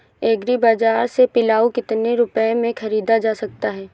Agree बाजार से पिलाऊ कितनी रुपये में ख़रीदा जा सकता है?